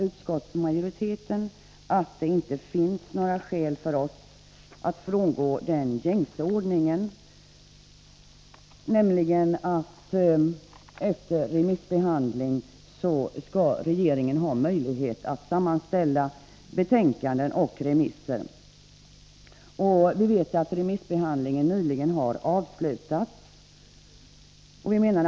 Utskottsmajoriteten menar att det inte finns några skäl för oss att frångå den gängse ordningen, som innebär att regeringen efter en remissbehandling skall ha möjlighet att sammanställa betänkandets förslag och remissvaren. Vi vet att remissbehandlingen av bilstödskommitténs betänkande nyligen har avslutats.